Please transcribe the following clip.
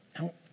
Now